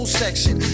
section